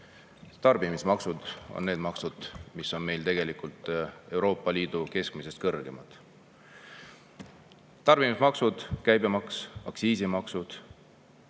tarbimismaksud on need maksud, mis on meil Euroopa Liidu keskmisest kõrgemad. Tarbimismaksud – käibemaks, aktsiisimaksud